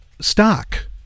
stock